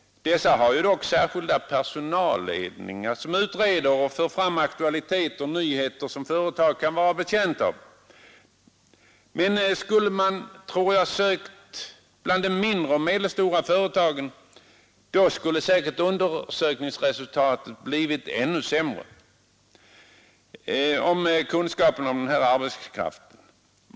Dessa har dock särskilda personalledningar som utreder och för fram aktualiteter och nyheter som företaget kan vara betjänt av. Men skulle undersökningen ha gjorts bland de mindre och medelstora företagen hade den säkert visat ännu sämre kunskap om den här arbetskraften.